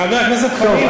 חבר הכנסת חנין,